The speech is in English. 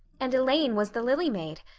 and elaine was the lily maid.